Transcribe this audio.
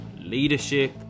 leadership